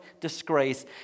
disgrace